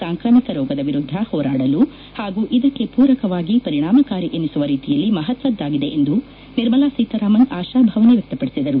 ಸಾಂಕ್ರಾಮಿಕ ರೋಗದ ವಿರುದ್ದ ಹೋರಾದಲು ಹಾಗೂ ಇದಕ್ಕೆ ಪೂರಕವಾಗಿ ಪರಿಣಾಮಕಾರಿ ಎನಿಸುವ ರೀತಿಯಲ್ಲಿ ಮಹತ್ವದ್ದಾಗಿದೆ ಎಂದು ನಿರ್ಮಲಾ ಸೀತಾರಾಮನ್ ಆಶಾಭಾವನೆ ವ್ಯಕ್ತಪಡಿಸಿದರು